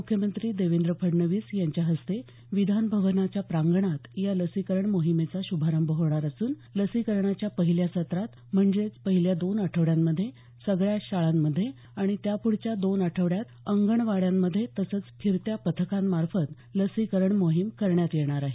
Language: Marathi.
मुख्यमंत्री देवेंद्र फडणवीस यांच्या हस्ते विधानभवनाच्या प्रांगणात या लसीकरण मोहिमेचा शुभारंभ होणार असून लसीकरणाच्या पहिल्या सत्रात म्हणजेच पहिल्या दोन आठवड्यांमध्ये सगळ्या शाळांमध्ये आणि त्यापुढच्या दोन आठवड्यांत अंगणवाड्यांमध्ये तसंच फिरत्या पथकांमार्फत लसीकरण मोहिम राबवण्यात येणार आहे